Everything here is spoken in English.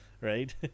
right